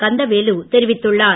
கந்தவேலு தெரிவித்துள்ளார்